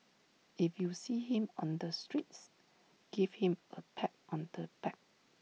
if you see him on the streets give him A pat on the back